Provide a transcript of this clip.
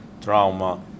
trauma